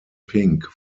pink